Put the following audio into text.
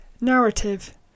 Narrative